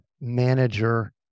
Manager